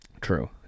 True